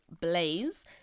Blaze